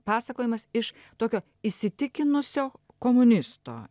pasakojimas iš tokio įsitikinusio komunisto